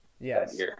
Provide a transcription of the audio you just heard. Yes